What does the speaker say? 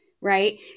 Right